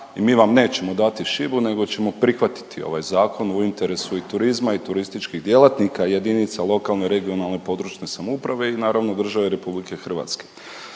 i mi vam nećemo dati šibu nego ćemo prihvatiti ovaj zakon u interesu i turizma i turističkih djelatnika i jedinica lokalne, regionalne, područne samouprave i naravno države RH.